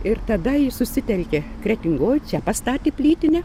ir tada jis susitelkė kretingoj čia pastatė plytinę